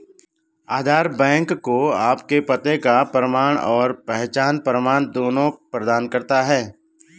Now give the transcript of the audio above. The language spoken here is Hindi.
आधार बैंक को आपके पते का प्रमाण और पहचान प्रमाण दोनों प्रदान करता है